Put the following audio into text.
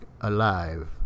alive